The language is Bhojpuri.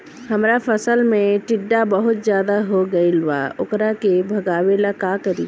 हमरा फसल में टिड्डा बहुत ज्यादा हो गइल बा वोकरा के भागावेला का करी?